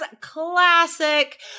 classic